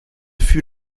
fut